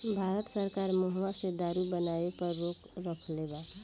भारत सरकार महुवा से दारू बनावे पर रोक रखले बा